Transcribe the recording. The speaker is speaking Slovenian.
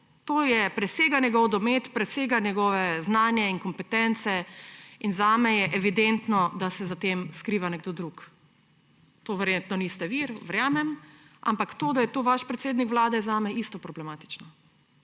To presega njegov domet, presega njegovo znanje in kompetence in zame je evidentno, da se za tem skriva nekdo drug. To verjetno niste vi, verjamem. Ampak to, da je to vaš predsednik Vlade, je zame isto problematično.